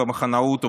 במחנאות ובקיטוב.